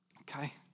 okay